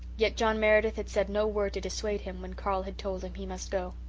yet john meredith had said no word to dissuade him when carl had told him he must go.